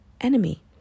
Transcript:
enemy